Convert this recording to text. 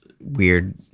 weird